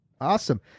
Awesome